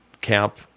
camp